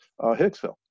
Hicksville